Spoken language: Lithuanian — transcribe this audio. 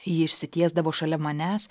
ji išsitiesdavo šalia manęs